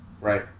Right